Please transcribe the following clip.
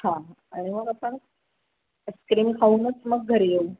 हां आणि मग आपण आईस्क्रीम खाऊनच मग घरी येऊ